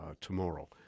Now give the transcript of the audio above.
tomorrow